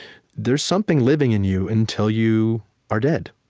there's something living in you until you are dead,